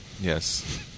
Yes